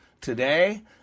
today